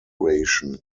ration